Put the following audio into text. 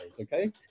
okay